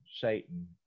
Satan